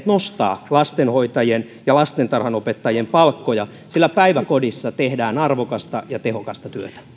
nostaa lastenhoitajien ja lastentarhanopettajien palkkoja sillä päiväkodissa tehdään arvokasta ja tehokasta työtä